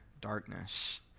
darkness